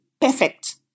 perfect